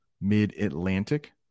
mid-atlantic